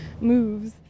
moves